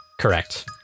Correct